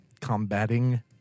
combating